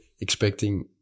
expecting